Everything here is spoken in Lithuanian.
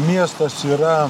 miestas yra